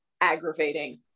aggravating